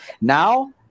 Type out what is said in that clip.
Now